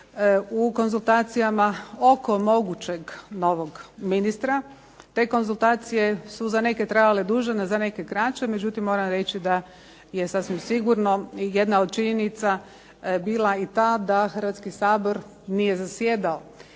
u konzultacijama oko mogućeg novog ministra. Te konzultacije su za neke trajale duže, za neke kraće, međutim moram reći da je sasvim sigurno jedna od činjenica bila i ta da Hrvatski sabor nije zasjedao